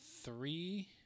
three